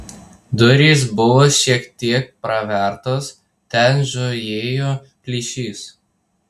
durys buvo šiek tiek pravertos ten žiojėjo plyšys